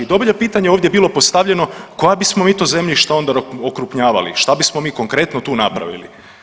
Dobro je pitanje ovdje bilo postavljeno koja bismo mi to zemljišta onda okrupnjavali, šta bismo mi konkretno tu napravili?